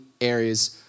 areas